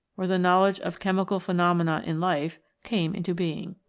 or the knowledge of chemical phe nomena in life, came into being.